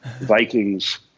Vikings